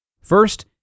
First